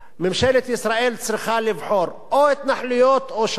ממשלת ישראל צריכה לבחור: או התנחלויות או שלום.